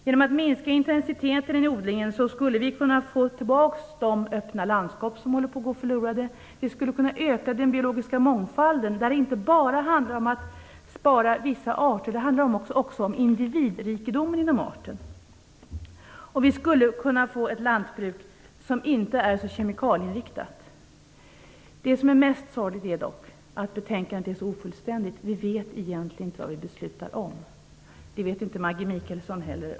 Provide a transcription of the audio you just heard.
Genom att minska intensiteten i odlingen skulle vi kunna få tillbaka de öppna landskap som håller på att gå förlorade. Vi skulle kunna öka den biologiska mångfalden, där det inte bara handlar om att spara vissa arter utan också om individrikedomen inom arter. Vi skulle kunna få ett lantbruk som inte är så kemikalieinriktat. Det som är mest sorgligt är dock att betänkandet är så ofullständigt. Vi vet egentligen inte vad vi beslutar om. Det vet inte Maggi Mikaelsson heller.